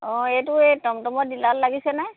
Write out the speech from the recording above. অঁ এইটো এই টমটমৰ ডিলাৰত লাগিছেনে